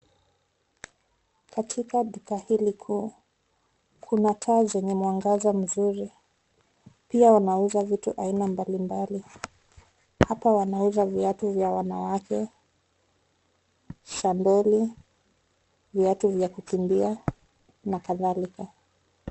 Katika duka hili kuu kuna taa zenye mwangaza nzuri pia wanauza vitu aina mbalimbali , hapa wanauza viatu vya wanawake, sandoli viatu vya kukimbia na kadhalika.